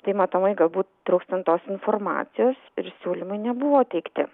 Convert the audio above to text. tai matomai galbūt trūkstant tos informacijos ir siūlymai nebuvo teikti